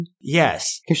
Yes